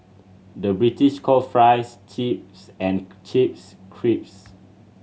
the British call fries chips and chips crisps